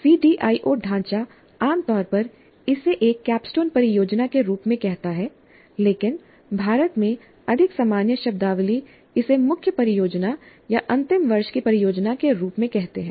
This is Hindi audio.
सीडीआईओ ढांचा आम तौर पर इसे एक कैपस्टोन परियोजना के रूप में कहता है लेकिन भारत में अधिक सामान्य शब्दावली इसे मुख्य परियोजना या अंतिम वर्ष की परियोजना के रूप में कहते हैं